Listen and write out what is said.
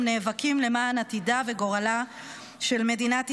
נאבקים למען עתידה וגורלה של מדינת ישראל,